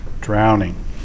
drowning